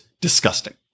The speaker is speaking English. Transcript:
disgusting